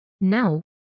Now